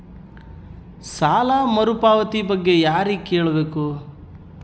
ಸಾಲ ಮರುಪಾವತಿ ಬಗ್ಗೆ ಯಾರಿಗೆ ಕೇಳಬೇಕು?